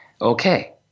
okay